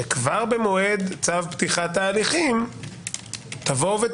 שכבר במועד צו פתיחת ההליכים תגידו: